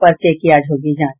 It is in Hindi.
पर्चे की आज होगी जांच